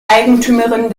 eigentümerin